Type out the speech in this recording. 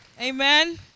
Amen